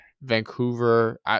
Vancouver